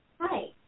Hi